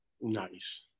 Nice